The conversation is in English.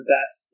Best